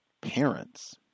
parents